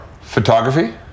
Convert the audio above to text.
Photography